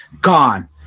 gone